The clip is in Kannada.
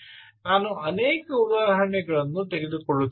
ನಾನು ಅನೇಕ ಉದಾಹರಣೆಗಳನ್ನು ತೆಗೆದುಕೊಳ್ಳುತ್ತಿದ್ದೇನೆ